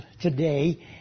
today